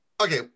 Okay